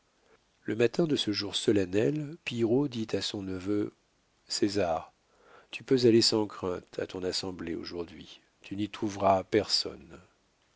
le matin de ce jour solennel pillerault dit à son neveu césar tu peux aller sans crainte à ton assemblée aujourd'hui tu n'y trouveras personne